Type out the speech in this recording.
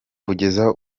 kugeza